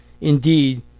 indeed